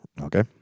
Okay